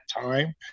time